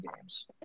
games